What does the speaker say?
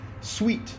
sweet